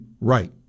right